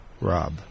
Rob